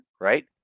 right